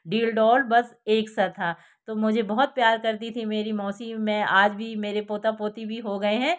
बस एक सा था तो मुझे बहोत प्यार करती थी मेरी मौसी मैं आज भी मेरे पोता पोती भी हो गए हैं